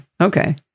okay